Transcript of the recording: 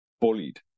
bullied